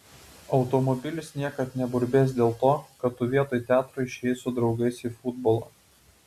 automobilis niekad neburbės dėl to kad tu vietoj teatro išėjai su draugais į futbolą